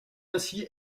ainsi